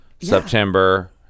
September